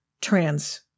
trans